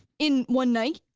in one night?